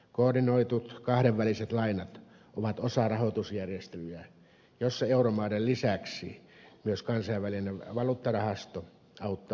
koordinoidut kahdenväliset lainat ovat osa rahoitusjärjestelyä jossa euromaiden lisäksi myös kansainvälinen valuuttarahasto auttaa kreikkaa